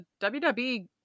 WWE